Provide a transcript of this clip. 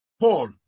Paul